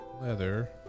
leather